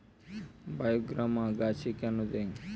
বায়োগ্রামা গাছে কেন দেয়?